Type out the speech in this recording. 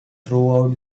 through